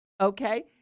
Okay